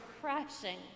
crashing